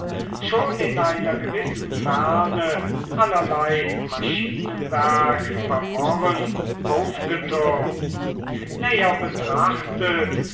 schon in einer gewissen ferne allerlei maschinenwerk verworren aufgetürmt näher betrachtet